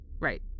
Right